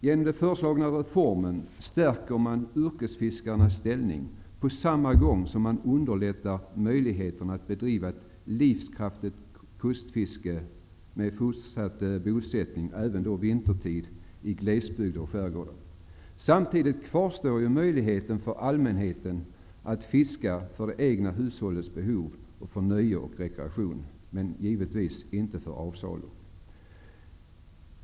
Genom den föreslagna reformen stärker man yrkesfiskarnas ställning på samma gång som man underlättar möjligheten att bedriva ett livskraftigt kustfiske med fortsatt bosättning även vintertid i glesbygder och skärgårdar. Samtidigt kvarstår möjligheten för allmänheten att fiska för det egna hushållets behov och för nöje och rekreation, men givetvis inte för avsalu.